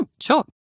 Sure